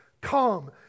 come